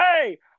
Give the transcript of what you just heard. hey